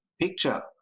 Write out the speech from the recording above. picture